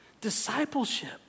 Discipleship